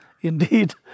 Indeed